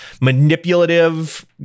manipulative